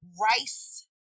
rice